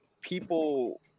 people